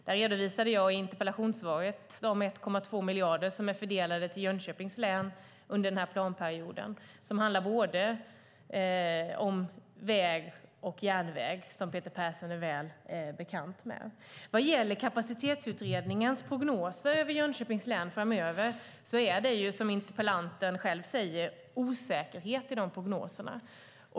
I interpellationssvaret har jag redovisat att 1,2 miljarder fördelats till Jönköpings län för den här planperioden. Det handlar om både väg och järnväg, något som Peter Persson är väl bekant med. I Kapacitetsutredningens prognoser för Jönköpings län framöver finns, som interpellanten själv säger, en osäkerhet.